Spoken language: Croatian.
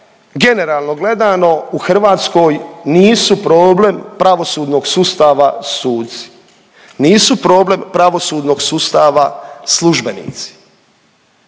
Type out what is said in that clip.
generalno gledano u Hrvatskoj nisu problem pravosudnog sustava suci, nisu problem pravosudnog sustava službenici.